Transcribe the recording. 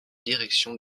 direction